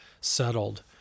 settled